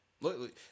Look